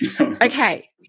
okay